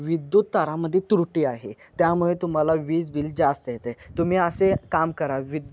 विद्युत तारामध्ये त्रुटी आहे त्यामुळे तुम्हाला वीज बिल जास्त येते तुम्ही असे काम करा विद्य